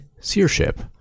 seership